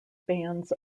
bands